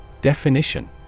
Definition